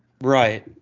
Right